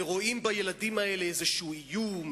ורואים בילדים האלה איזשהו איום,